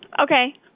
Okay